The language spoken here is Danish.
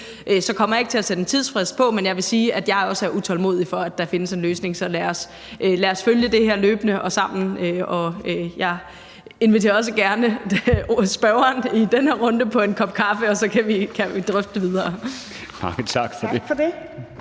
så kommer jeg ikke til at sætte en tidsfrist på, men jeg vil sige, at jeg også er utålmodig efter, at der findes en løsning. Så lad os følge det her løbende og sammen, og jeg inviterer også gerne spørgeren i den her runde på en kop kaffe, og så kan vi drøfte det videre.